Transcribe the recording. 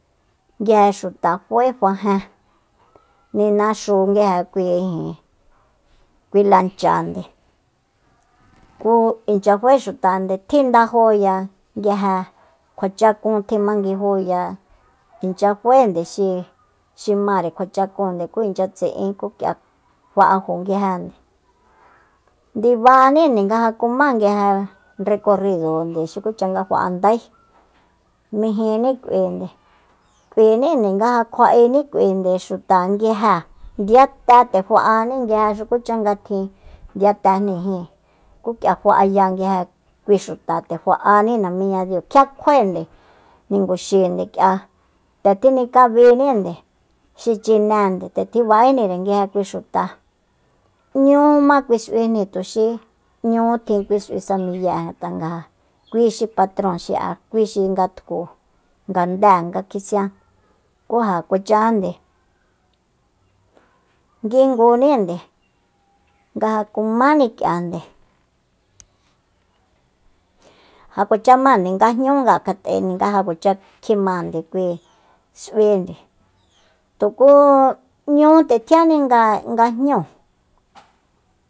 Nguije xuta fae fajen ninaxu nguije kui lanchande ku inchya fae xutande tjindajóya nga ja kjua chakun kjimanguijúya inchya faende xi- xi máre kjuachakunde ku inchya tsi'in ku kía fa'ajo nguijéende ndibaninde nga ja kumá nguije recorridonde xukucha nga ja'andae mijini kuinde k'uinínde nga ja kjua'eni k'uinde xuta nguije ndiya te nde fa'aní nguije xukucha nga tjin ndiyatejnijin ku k'ia fa'aya nguije kui xuta nde fa'aní namiñadiu kjia kjuaende ninguxinde k'ia nde tjinikabíninde xi chinende nde tjiba'énire nguije kui xuta n'ñúma kui s'uijni tuxi n'ñutjin kui s'ui samiyée ngat'a nga ja kui xi patróon xi'a kui xi ngatku ngandée nga kisián ku ja kuachajande ki ngúnínde nga ja kumáni kíande ja kuacha máande nga jñúunga kjat'e nga ja kuacha kjimande kui s'uinde tukú nñú nde tjiánni nga. nga jñúu